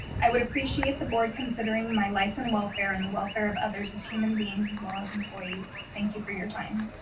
i would appreciate the board considering my life and welfare and the welfare of others as human beings as well as employees, thank you for your time.